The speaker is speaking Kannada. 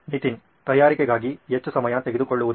ನಿತಿನ್ ತಯಾರಿಗಾಗಿ ಹೆಚ್ಚು ಸಮಯ ತೆಗೆದುಕೊಳ್ಳುವುದು